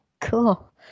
Cool